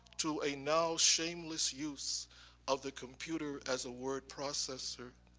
to a now shameless use of the computer as a word processor,